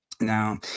Now